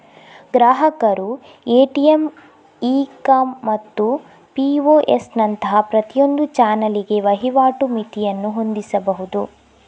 ಗ್ರಾಹಕರು ATM, e com ಮತ್ತು POS ನಂತಹ ಪ್ರತಿಯೊಂದು ಚಾನಲಿಗೆ ವಹಿವಾಟು ಮಿತಿಯನ್ನು ಹೊಂದಿಸಬಹುದು